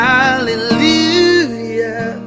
Hallelujah